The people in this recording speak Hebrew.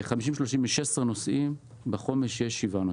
ב-50-30 יש 16 נושאים ובתוכנית החומש יש 7 נושאים.